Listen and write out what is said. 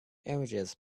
images